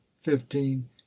fifteen